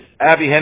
Abby